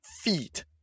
feet